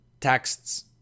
texts